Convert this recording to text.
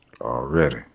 Already